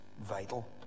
vital